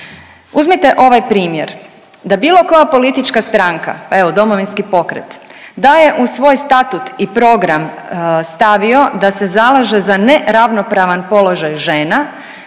Uzmite ovaj primjer, da bilo koja politička stranka evo DP daje u svoj statut i program stavio da se zalaže za neravnopravan položaj žena,